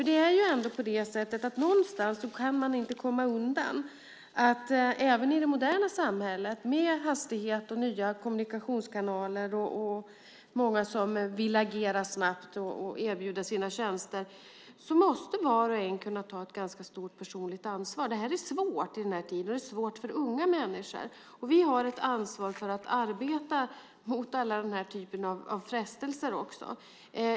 Det är ändå på det sättet att någonstans kan man inte komma undan att även i det moderna samhället med hög hastighet, nya kommunikationskanaler och många som vill agera snabbt och erbjuda sina tjänster måste var och en kunna ta ett ganska stort personligt ansvar. Detta är svårt, och det är svårt för unga människor. Vi har ett ansvar för att arbeta mot alla dessa typer av frestelser också.